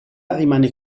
rimane